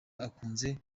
akunze